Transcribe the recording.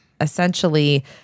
essentially